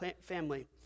family